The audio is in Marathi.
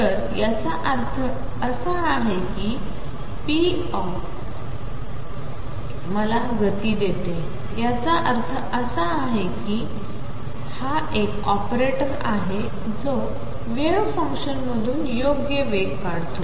तर याचा अर्थ असा आहे की pop मला गती देते त्याचा अर्थ असा की हा एक ऑपरेटर आहे जो वेव्ह फंक्शनमधून योग्य वेग काढतो